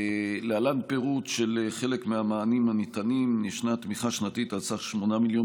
להלן פירוט של חלק מהמענים הניתנים: יש תמיכה שנתית על סך 8 מיליון